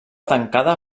tancada